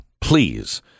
Please